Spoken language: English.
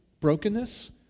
brokenness